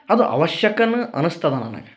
ಅದು ಅವಶ್ಯಕನ ಅನುಸ್ತದ ನನಗ